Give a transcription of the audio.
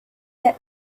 that